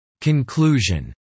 Conclusion